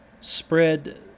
spread